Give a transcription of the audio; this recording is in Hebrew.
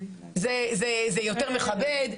זה יותר מכבד,